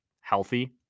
healthy